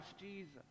Jesus